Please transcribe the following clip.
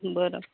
बरं